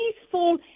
peaceful